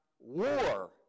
war